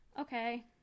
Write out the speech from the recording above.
okay